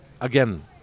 Again